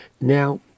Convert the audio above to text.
Now